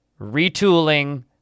retooling